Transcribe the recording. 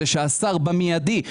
זה שהשר במיידי,